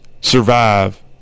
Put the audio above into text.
survive